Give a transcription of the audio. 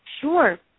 Sure